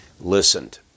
listened